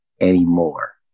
anymore